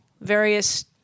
various